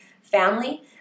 family